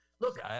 Look